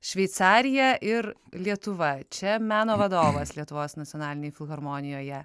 šveicarija ir lietuva čia meno vadovas lietuvos nacionalinėj filharmonijoje